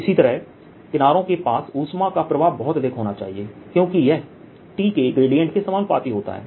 इसी तरह किनारों के पास ऊष्मा का प्रवाह बहुत अधिक होना चाहिए क्योंकि यह T केग्रेडियंट के समानुपाती होता है